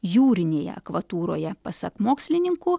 jūrinėje akvatūroje pasak mokslininkų